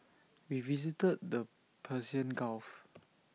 we visited the Persian gulf